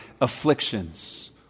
afflictions